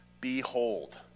Behold